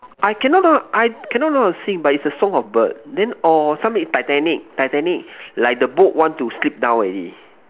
I cannot don't know I cannot don't know how to sing but it's a song of bird then or some is Titanic Titanic like the boat want to slip down already